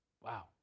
Wow